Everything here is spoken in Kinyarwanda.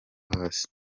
hasi